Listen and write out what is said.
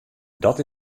dat